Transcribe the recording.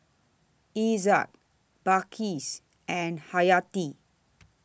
Izzat Balqis and Haryati